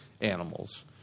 animals